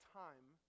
time